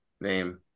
name